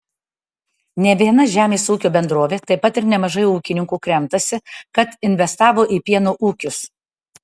ne viena žemės ūkio bendrovė taip pat ir nemažai ūkininkų kremtasi kad investavo į pieno ūkius